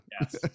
yes